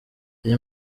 iyi